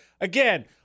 Again